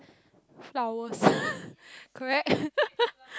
flowers correct